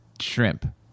shrimp